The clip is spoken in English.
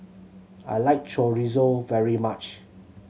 I like Chorizo very much